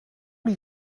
lui